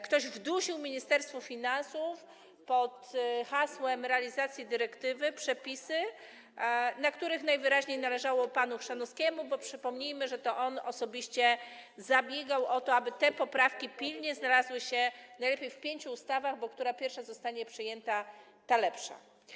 Ktoś wdusił Ministerstwu Finansów pod hasłem realizacji dyrektywy przepisy, na których najwyraźniej zależało panu Chrzanowskiemu, bo przypomnijmy, że to on osobiście zabiegał o to, aby te poprawki pilnie znalazły się najlepiej w pięciu ustawach, bo która pierwsza zostanie przyjęta, ta lepsza.